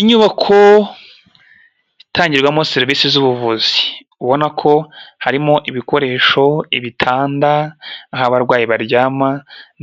Inyubako itangirwamo serivisi z'ubuvuzi ubona ko harimo ibikoresho, ibitanda aho abarwayi baryama,